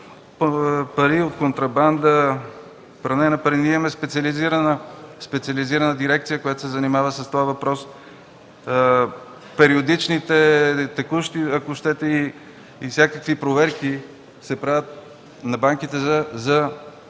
пари от контрабанда, пране на пари. Ние имаме специализирана дирекция, която се занимава с този въпрос. Периодични, текущи и всякакви проверки се правят на банките за